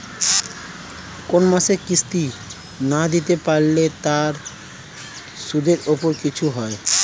কোন মাসের কিস্তি না দিতে পারলে তার সুদের উপর কিছু হয়?